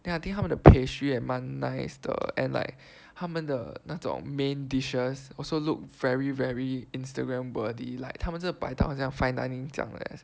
then I think 他们的 pastry 也是蛮 nice 的 and like 他们的那种 main dishes also look very very Instagram worthy like 他们是摆到好像 fine dining 这样的